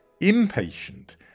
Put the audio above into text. impatient